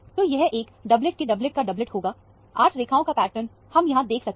तो यह एक डबलेट के डबलेट का डबलेट होगा 8 रेखाओं का पैटर्न हम यहां देख सकते हैं